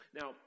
Now